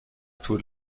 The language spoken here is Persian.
طول